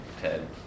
Ted